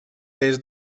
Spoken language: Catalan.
des